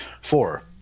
four